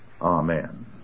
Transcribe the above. Amen